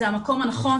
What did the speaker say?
זה המקום הנכון,